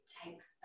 takes